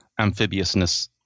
amphibiousness